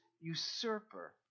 usurper